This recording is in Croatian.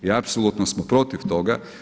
I apsolutno smo protiv toga.